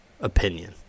opinion